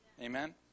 amen